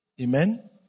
Amen